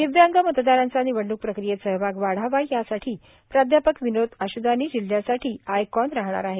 दिव्यांग मतदारांचा निवडणूक प्रक्रीयेत सहभाग वाढावा यासाठी प्राण्विनोद आश्दानी जिल्हयासाठी आयकॉन राहणार आहेत